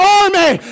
army